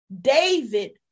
David